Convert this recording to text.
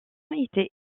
était